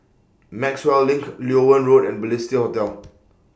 Maxwell LINK Loewen Road and Balestier Hotel